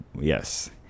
yes